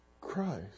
Christ